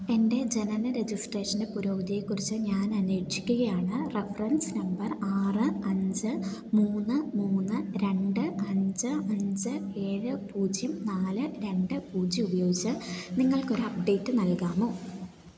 എൻ്റെ ജനന രജിസ്ട്രേഷന്റെ പുരോഗതിയെക്കുറിച്ച് ഞാൻ അന്വേഷിക്കുകയാണ് റഫറൻസ് നമ്പർ ആറ് അഞ്ച് മൂന്ന് മൂന്ന് രണ്ട് അഞ്ച് അഞ്ച് ഏഴ് പൂജ്യം നാല് രണ്ട് പൂജ്യം ഉപയോഗിച്ച് നിങ്ങൾക്കൊരപ്ഡേറ്റ് നൽകാമോ